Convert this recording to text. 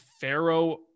pharaoh